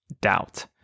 doubt